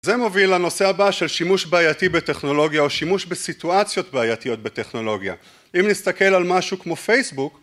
זה מוביל לנושא הבא של שימוש בעייתי בטכנולוגיה או שימוש בסיטואציות בעייתיות בטכנולוגיה. אם נסתכל על משהו כמו פייסבוק,